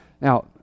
Now